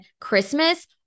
Christmas